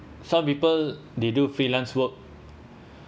some people they do freelance work